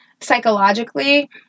psychologically